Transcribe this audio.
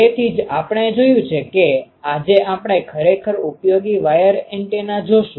તેથી જ આપણે જોયું છે કે આજે આપણે ખરેખર ઉપયોગી વાયર એન્ટેના જોશું